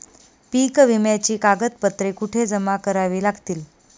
पीक विम्याची कागदपत्रे कुठे जमा करावी लागतील?